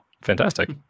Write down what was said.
fantastic